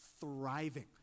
thriving